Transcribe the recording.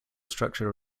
structure